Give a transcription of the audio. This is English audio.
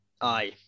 aye